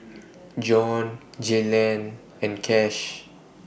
Jon Jaylan and Kash